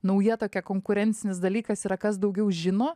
nauja tokia konkurencinis dalykas yra kas daugiau žino